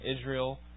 Israel